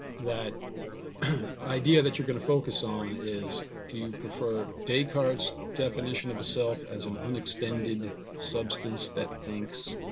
that idea that you're going to focus on is do you prefer descartes definition of a self as an unextended substance that thinks,